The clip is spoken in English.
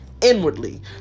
inwardly